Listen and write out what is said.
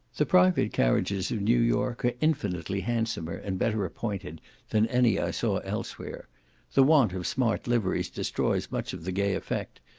the private carriages of new york are infinitely handsomer and better appointed than any i saw elsewhere the want of smart liveries destroys much of the gay effect,